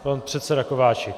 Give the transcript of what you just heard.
Pan předseda Kováčik.